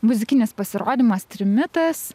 muzikinis pasirodymas trimitas